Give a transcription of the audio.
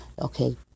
okay